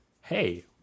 hey